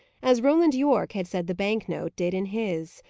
as roland yorke had said the bank-note did in his.